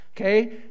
Okay